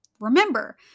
Remember